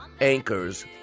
Anchors